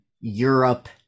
Europe